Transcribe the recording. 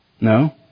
No